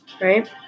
Right